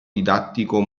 didattico